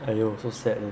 !aiyo! so sad